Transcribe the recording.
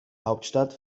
hauptstadt